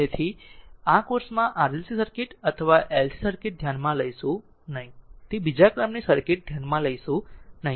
તેથી આ કોર્સમાં RLC સર્કિટ અથવા LC સર્કિટ ધ્યાનમાં લેશે નહીં તે બીજા ક્રમની સર્કિટ ધ્યાનમાં લેશે નહીં